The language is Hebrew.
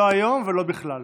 לא היום ולא בכלל.